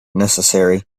necessary